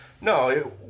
No